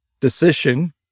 decision